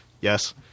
yes